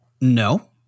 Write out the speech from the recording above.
No